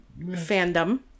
fandom